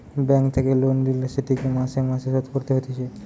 bank থেকে loan লিলে সেটিকে মাসে মাসে শোধ করতে হতিছে